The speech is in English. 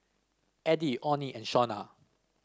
Addie Onnie and Shonna